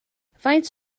faint